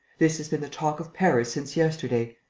this has been the talk of paris since yesterday!